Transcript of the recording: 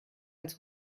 als